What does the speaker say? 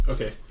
Okay